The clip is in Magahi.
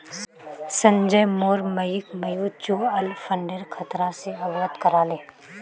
संजय मोर मइक म्यूचुअल फंडेर खतरा स अवगत करा ले